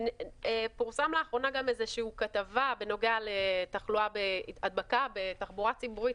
פורסמה לאחרונה כתבה בנוגע להדבקה בתחבורה הציבורית.